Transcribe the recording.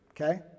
Okay